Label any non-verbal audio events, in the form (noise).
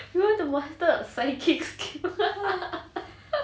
you want to master a psychic skill (laughs)